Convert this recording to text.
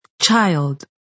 Child